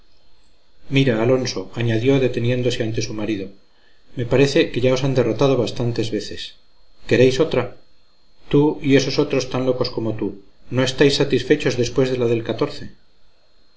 mira alonso añadió deteniéndose ante su marido me parece que ya os han derrotado bastantes veces queréis otra tú y esos otros tan locos como tú no estáis satisfechos después de la del